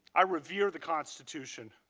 i revere the constitution.